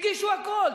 הגישו הכול,